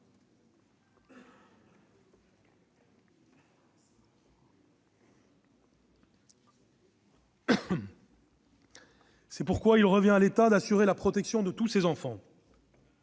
C'est pourquoi il revient à l'État d'assurer la protection de tous ses enfants.